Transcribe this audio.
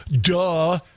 Duh